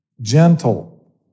gentle